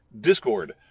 Discord